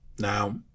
Now